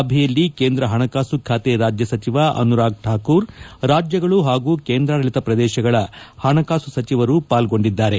ಸಭೆಯಲ್ಲಿ ಕೇಂದ್ರ ಹಣಕಾಸು ಖಾತೆ ರಾಜ್ಯ ಸಚಿವ ಅನುರಾಗ್ ಠಾಕೂರ್ ರಾಜ್ಯಗಳ ಹಾಗೂ ಕೇಂದ್ರಾಡಳಿತ ಪ್ರದೇಶಗಳ ಹಣಕಾಸು ಸಚಿವರು ಪಾಲ್ಗೊಂಡಿದ್ದಾರೆ